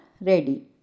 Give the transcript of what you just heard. ready